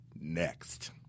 next